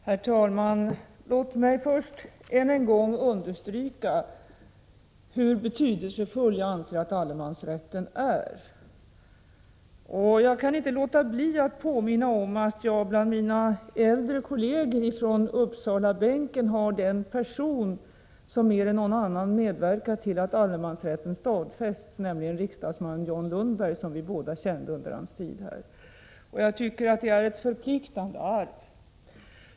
Herr talman! Låt mig först än en gång understryka hur betydelsefull jag anser att allemansrätten är. Jag kan inte låta bli att påminna om att jag bland mina äldre kolleger på Uppsalabänken hade den person som mer än någon annan medverkat till att allemansrätten stadfästes, nämligen riksdagsman John Lundberg, som vi båda kände under hans tid här. Jag tycker det är ett förpliktande arv.